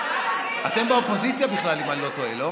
אתם באופוזיציה בכלל, אם אני לא טועה, לא?